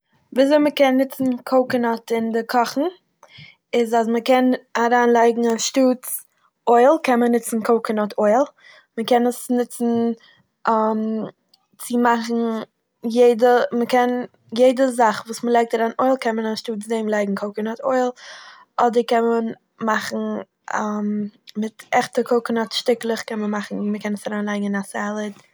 ווי אזוי מ'קען נוצן קאקענאט אין די קאכן, איז אז מ'קען אריינלייגן אנשטאטס אויל קען מען נוצן קאקענאט אויל, מ'קען עס נוצן צו מאכן יעדע מ'קען יעדע זאך וואס מ'לייגט אריין אויל קען מען אנשטאטס דעם לייגן קאקענאט אויל, אדער קען מען מאכן מיט עכטע קאקענאט שטיקלעך קען מען מאכן און מ'קען עס אריינלייגן אין א סעלעד.